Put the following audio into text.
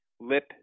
lip